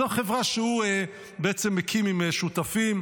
זו חברה שהוא בעצם הקים עם שותפים.